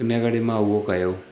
हिन करे मां उहो कयो